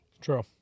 True